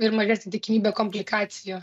ir mažesnė tikimybė komplikacijų